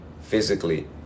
physically